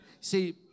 See